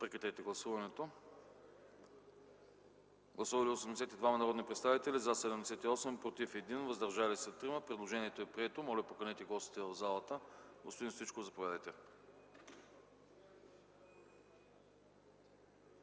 предложение. Гласували 82 народни представители: за 78, против 1, въздържали се 3. Предложението е прието. Моля, поканете гостите в залата. Господин Стоичков, заповядайте.